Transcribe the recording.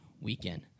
weekend